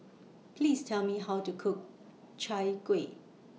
Please Tell Me How to Cook Chai Kueh